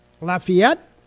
Lafayette